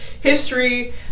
history